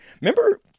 Remember